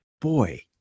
boy